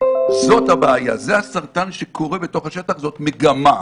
זאת הבעיה, זה הסרטן שקורה בתוך השטח, זאת מגמה.